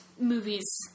Movies